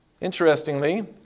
Interestingly